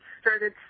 started